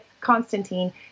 Constantine